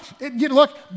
look